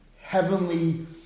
heavenly